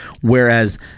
Whereas